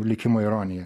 likimo ironija